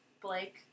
Blake